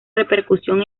repercusión